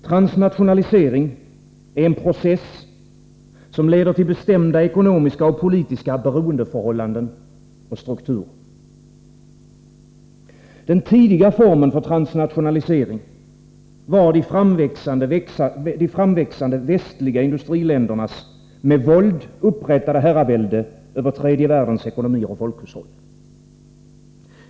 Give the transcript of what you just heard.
Transnationalisering är en process som leder till bestämda ekonomiska och politiska beroendeförhållanden och strukturer. Den tidiga formen för transnationalisering var de framväxande västliga industriländernas med våld upprättade herravälde över tredje världens ekonomier och folkhushåll.